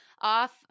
off